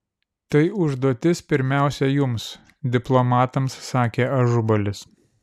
tai užduotis pirmiausia jums diplomatams sakė ažubalis